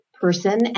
person